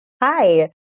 Hi